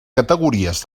categories